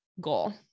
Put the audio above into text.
goal